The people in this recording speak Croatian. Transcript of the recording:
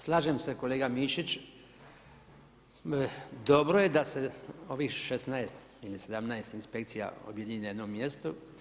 Slažem se kolega Mišić, dobro je da se ovih 16 ili 17 inspekcija objedini na jednom mjestu.